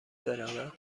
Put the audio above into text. بروم